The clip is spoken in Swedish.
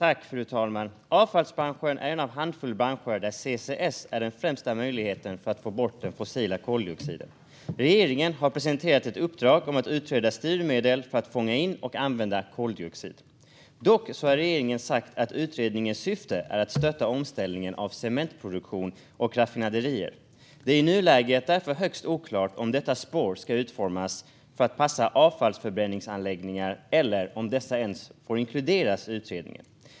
Fru talman! Avfallsbranschen är en av en handfull branscher där CCS är den främsta möjligheten att få bort den fossila koldioxiden. Regeringen har presenterat ett uppdrag att utreda styrmedel för att fånga in och använda koldioxid. Dock har regeringen sagt att utredningens syfte är att stötta omställningen av cementproduktion och raffinaderier. Det är därför i nuläget högst oklart om detta spår ska utformas för att passa avfallsförbränningsanläggningar eller om dessa ens får inkluderas i utredningen.